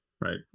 Right